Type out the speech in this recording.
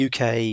UK